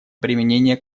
применения